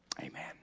amen